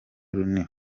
runini